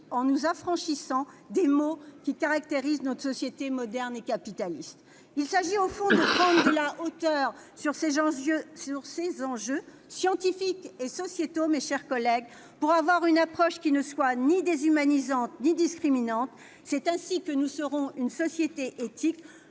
en nous affranchissant des maux qui caractérisent notre société moderne et capitaliste. Mes chers collègues, il s'agit au fond de prendre de la hauteur sur ces enjeux scientifiques et sociétaux, pour avoir une approche qui ne soit ni déshumanisante ni discriminante. C'est ainsi que nous serons une société éthique.